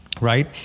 right